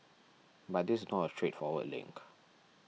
but this not a straightforward link